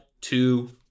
two